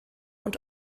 und